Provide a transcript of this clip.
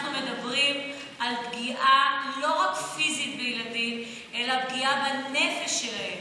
אנחנו מדברים לא רק על פגיעה פיזית בילדים אלא על פגיעה בנפש שלהם.